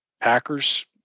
Packers